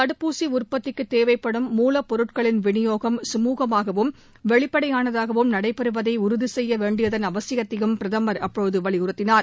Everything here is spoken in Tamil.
தடுப்பூசி உற்பத்திக்கு தேவைப்படும் மூலப்பொருட்களின் விநியோகம் கமுகமாகவும் வெளிப்படையானதாகவும் நடைபெறுவதை உறுதி செய்ய வேண்டியதன் அவசியத்தையும் பிரதமர் அப்போது வலியுறுத்தினார்